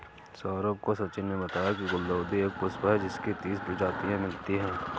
सौरभ को सचिन ने बताया की गुलदाउदी एक पुष्प है जिसकी तीस प्रजातियां मिलती है